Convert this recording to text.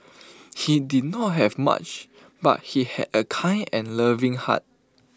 he did not have much but he had A kind and loving heart